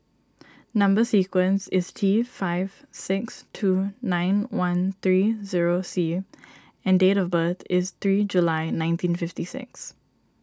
Number Sequence is T five six two nine one three zero C and date of birth is three July nineteen fifty six